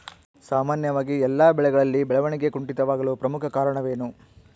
ಸಾಮಾನ್ಯವಾಗಿ ಎಲ್ಲ ಬೆಳೆಗಳಲ್ಲಿ ಬೆಳವಣಿಗೆ ಕುಂಠಿತವಾಗಲು ಪ್ರಮುಖ ಕಾರಣವೇನು?